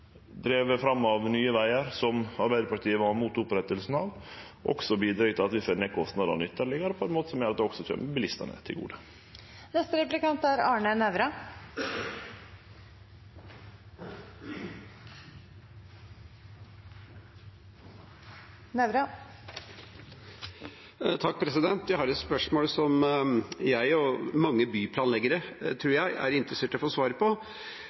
fram av Nye Vegar, som Arbeiderpartiet var imot opprettinga av, også bidreg til at vi får ned kostnadene ytterlegare, på ein måte som gjer at det også kjem bilistane til gode. Jeg har et spørsmål som jeg og jeg tror mange byplanleggere er interessert i å få svar på.